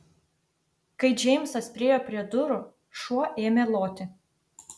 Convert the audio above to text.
kai džeimsas priėjo prie durų šuo ėmė loti